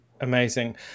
Amazing